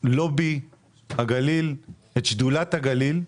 לוי הגליל, את שדולת הגליל,